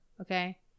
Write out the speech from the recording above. okay